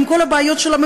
עם כל הבעיות שלה,